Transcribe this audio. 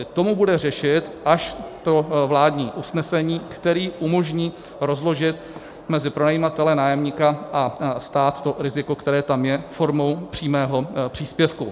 To mu bude řešit až to vládní usnesení, které umožní rozložit mezi pronajímatele, nájemníka a stát to riziko, které tam je, formou přímého příspěvku.